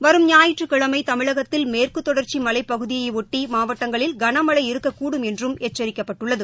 வரும் ஞாயிற்றுக்கிழமை தமிழகத்தில் மேற்குத் தொடர்ச்சி மலைப்பகுதியையொட்டி மாவட்டங்களில் கனமழை இருக்கக்கூடும ் என்றும் எச்சரிக்கப்பட்டுள்ளது